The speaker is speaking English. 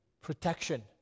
protection